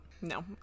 No